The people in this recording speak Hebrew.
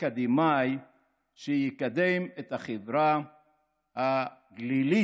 אקדמי שיקדם את החברה הגלילית